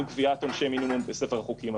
עם קביעת עונשי מינימום בספר החוקים.